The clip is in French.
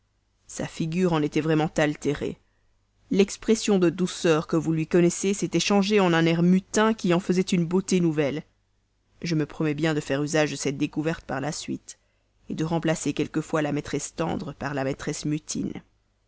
sa figure en était vraiment altérée l'expression de douceur que vous lui connaissez s'était changée en un air mutin qui en faisait une beauté nouvelle je me promets bien de faire usage de cette découverte par la suite de remplacer quelquefois la maîtresse tendre par la maîtresse mutine